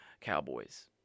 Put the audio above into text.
Cowboys